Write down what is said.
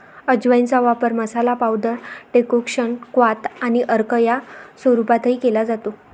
अजवाइनचा वापर masala, powder, decoction, क्वाथ आणि अर्क या स्वरूपातही केला जातो